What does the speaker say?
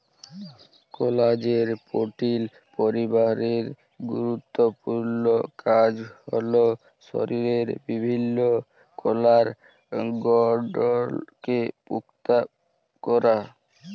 কলাজেল পোটিল পরিবারের গুরুত্তপুর্ল কাজ হ্যল শরীরের বিভিল্ল্য কলার গঢ়লকে পুক্তা ক্যরা